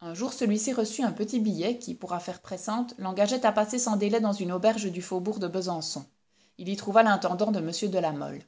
un jour celui-ci reçut un petit billet qui pour affaire pressante l'engageait à passer sans délai dans une auberge du faubourg de besançon il y trouva l'intendant de m de la mole